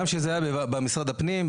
גם כשזה היה במשרד הפנים,